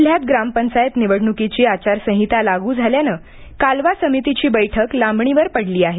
जिल्ह्यात ग्रामपंचायत निवडणुकीची आचारसंहिता लागू झाल्यानं कालवा समितीची बैठक लांबणीवर पडली आहे